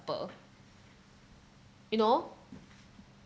you know